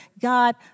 God